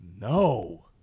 No